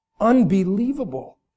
Unbelievable